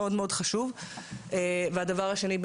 דבר שני,